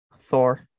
Thor